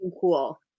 cool